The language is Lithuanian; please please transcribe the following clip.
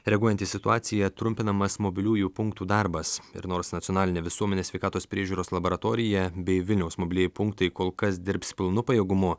reaguojant į situaciją trumpinamas mobiliųjų punktų darbas ir nors nacionalinė visuomenės sveikatos priežiūros laboratorija bei vilniaus mobilieji punktai kol kas dirbs pilnu pajėgumu